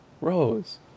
rose